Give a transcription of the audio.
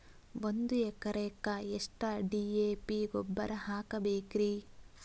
ಒಂದು ಎಕರೆಕ್ಕ ಎಷ್ಟ ಡಿ.ಎ.ಪಿ ಗೊಬ್ಬರ ಹಾಕಬೇಕ್ರಿ?